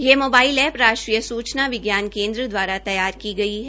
यह mobile app राश्ट्रीय सूचना विज्ञान केन्द्र द्वारा तैयार की गई है